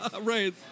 right